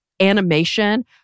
animation